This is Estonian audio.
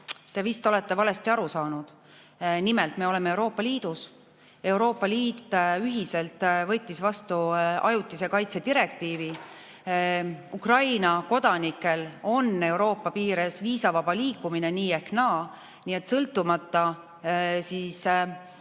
Te vist olete valesti aru saanud. Nimelt, me oleme Euroopa Liidus ja Euroopa Liit ühiselt võttis vastu ajutise kaitse direktiivi. Ukraina kodanikel on Euroopa piires viisavaba liikumine nii või naa. Sõltumata meie